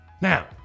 Now